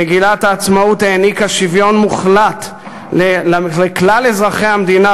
מגילת העצמאות העניקה שוויון מוחלט לכלל אזרחי המדינה,